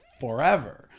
forever